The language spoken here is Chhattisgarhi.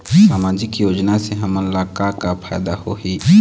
सामाजिक योजना से हमन ला का का फायदा होही?